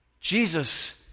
Jesus